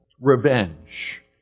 Revenge